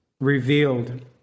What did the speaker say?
revealed